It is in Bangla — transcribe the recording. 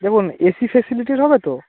দেখুন এসি ফেসিলিটি হবে তো